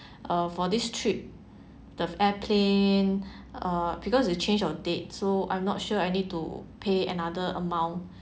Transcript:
uh for this trip the airplane uh because the change of date so I'm not sure I need to pay another amount